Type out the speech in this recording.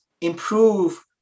improve